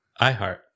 iheart